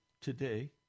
today